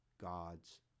God's